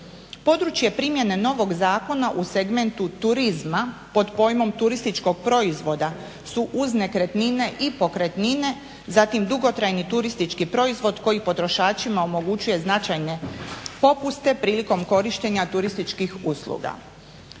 Područje primjene novog zakona u segmentu turizma pod pojmom turističkog proizvoda su nekretnine i pokretnine zatim dugotrajni turistički proizvod koji potrošačima omogućuje značajne popuste prilikom korištenja turističkih usluga.